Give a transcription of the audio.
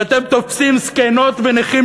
ואתם תופסים זקנות ונכים,